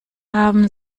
haben